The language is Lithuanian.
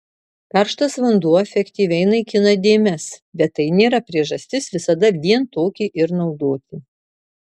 karštas vanduo efektyviai naikina dėmes bet tai nėra priežastis visada vien tokį ir naudoti